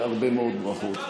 הרבה מאוד ברכות.